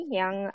yang